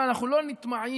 אבל אנחנו לא נטמעים.